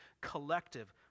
collective